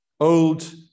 Old